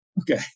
Okay